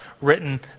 written